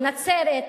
בנצרת,